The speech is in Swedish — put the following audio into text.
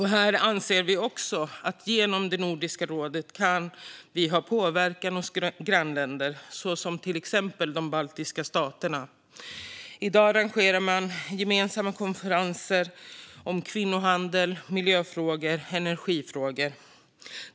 Här anser vi också att vi genom Nordiska rådet kan påverka grannländer, till exempel de baltiska staterna. I dag arrangerar man gemensamma konferenser om kvinnohandel, miljöfrågor och energifrågor.